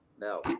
No